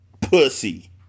Pussy